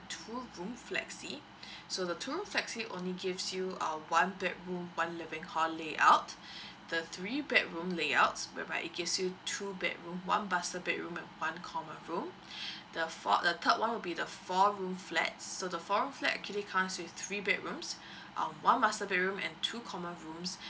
two room flexi so the two room flexi only gives you uh one bedroom one living hall layout the three bedroom layouts whereby it gives you two bedroom one master bedroom and one common room the fo~ the third one will be the four room flats so the four room flat actually comes with three bedrooms um one master bedroom and two common rooms